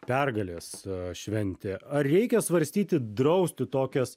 pergalės šventė ar reikia svarstyti drausti tokias